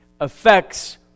Affects